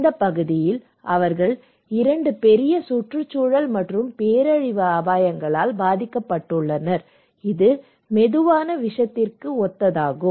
இந்த பகுதியில் அவர்கள் இரண்டு பெரிய சுற்றுச்சூழல் மற்றும் பேரழிவு அபாயங்களால் பாதிக்கப்பட்டுள்ளனர் இது மெதுவான விஷத்திற்கு ஒத்ததாகும்